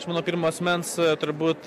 iš mano pirmo asmens turbūt